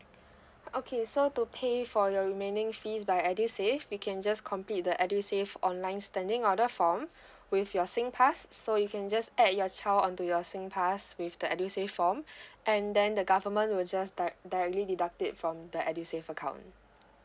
okay so to pay for your remaining fees by edusave we can just complete the edusave online standing order form with your singpass so you can just add your child onto your singpass with the edusave form and then the government will just directly deduct it from the edusave account